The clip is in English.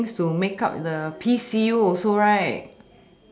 things to make up the P_C_U also right